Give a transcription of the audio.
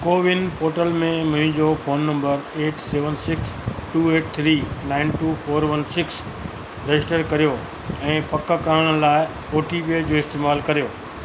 CoWIN portal ते मुंहिंजो phone number eight seven six two eight three nine two four one six register करियो ऐं पक करण लाइ ओटीपीअ जो इस्तेमालु करियो